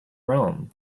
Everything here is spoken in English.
rome